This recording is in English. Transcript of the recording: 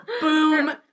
Boom